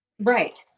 right